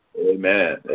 Amen